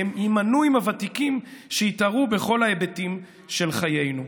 "הם יימנו עם הוותיקים שהתערו בכל ההיבטים של חיינו".